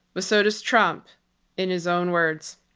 but so does trump in his own words.